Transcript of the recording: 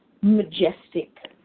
majestic